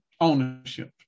ownership